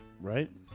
Right